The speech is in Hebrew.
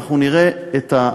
נראה את,